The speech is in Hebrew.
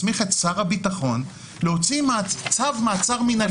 מסמיך את שר הביטחון להוציא צו מעצר מינהלי פרטני.